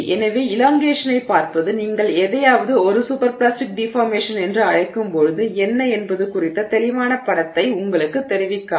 எனவே இலாங்கேஷனைப் பார்ப்பது நீங்கள் எதையாவது ஒரு சூப்பர் பிளாஸ்டிக் டிஃபார்மேஷன் என்று அழைக்கும்போது என்ன என்பது குறித்த தெளிவான படத்தை உங்களுக்குத் தெரிவிக்காது